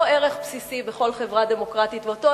אותו ערך בסיסי בכל חברה דמוקרטית ואותו